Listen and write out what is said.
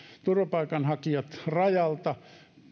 turvapaikanhakijat rajalta